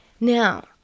Now